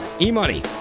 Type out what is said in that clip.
E-Money